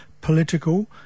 political